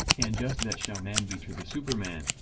and just that shall man be to the superman,